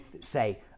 say